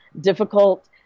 difficult